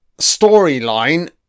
storyline